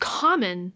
common